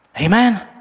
amen